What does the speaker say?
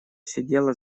сидела